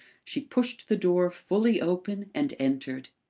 she pushed the door fully open and entered.